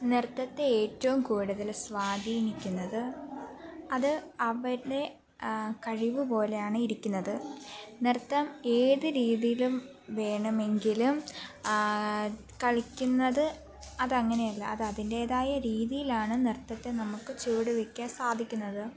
നൃത്തത്തെ ഏറ്റവും കൂടുതൽ സ്വാധീനിക്കുന്നത് അത് അവരുടെ കഴിവ് പോലെയാണ് ഇരിക്കുന്നത് നൃത്തം ഏത് രീതിയിലും വേണമെങ്കിലും കളിക്കുന്നത് അത് അങ്ങനെയല്ല അത് അതിൻ്റേതായ രീതിയിലാണ് നൃത്തത്തെ നമുക്ക് ചുവട് വയ്ക്കാൻ സാധിക്കുന്നത്